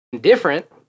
different